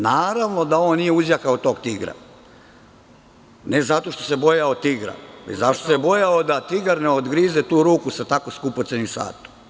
Naravno da on nije uzjahao tog tigra, ne zato što se bojao tigra, već zato što se bojao da tigar ne ogrize tu ruku sa tako skupocenim satom.